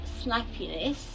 snappiness